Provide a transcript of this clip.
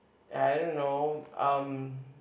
I don't know um